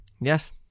Yes